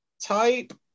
type